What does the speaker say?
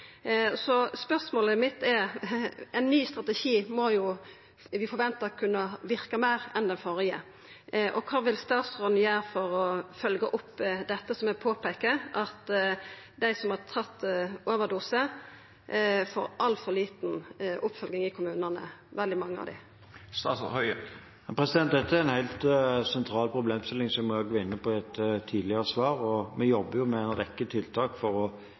ny strategi må vi kunna forventa verkar betre enn den førre. Spørsmålet mitt er: Kva vil statsråden gjera for å følgja opp dette som eg påpeikar – at veldig mange av dei som har tatt overdose, får altfor lite oppfølging i kommunane? Dette er en helt sentral problemstilling, som jeg også var inne på i et tidligere svar. Vi jobber med en rekke tiltak for å